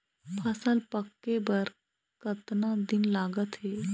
फसल पक्के बर कतना दिन लागत हे?